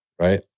Right